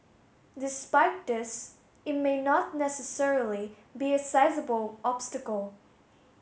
despite this it may not necessarily be a sizeable obstacle